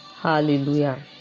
Hallelujah